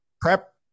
prep